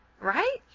right